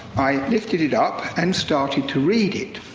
i lifted it up and started to read it.